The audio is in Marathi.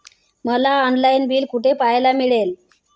मला ऑनलाइन बिल कुठे पाहायला मिळेल?